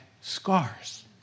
scars